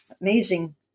amazing